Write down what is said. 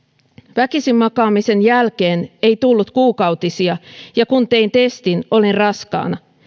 väkisinmakaamisen jälkeen ei tullut kuukautisia ja kun tein testin olin raskaana